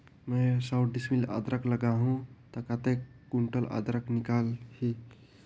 सौ डिसमिल अदरक लगाहूं ता कतेक कुंटल अदरक निकल ही?